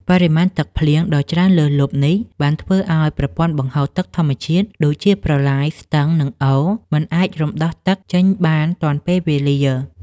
បរិមាណទឹកភ្លៀងដ៏ច្រើនលើសលប់នេះ បានធ្វើឱ្យប្រព័ន្ធបង្ហូរទឹកធម្មជាតិ ដូចជាប្រឡាយ ស្ទឹង និងអូរ មិនអាចរំដោះទឹកចេញបានទាន់ពេលវេលា។